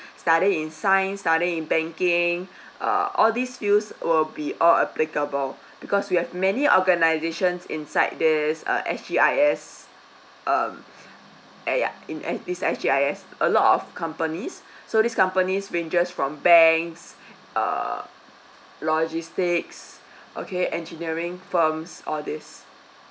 studying in science studying in banking uh all these fields will be all applicable because we have many organisations inside this uh S G I S um uh yeah in S this S G I S a lot of companies so these company ranges from banks err logistics okay engineering firms all these